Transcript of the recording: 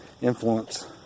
influence